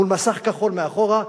מול מסך כחול מאחורה,